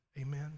Amen